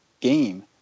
game